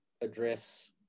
address